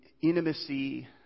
intimacy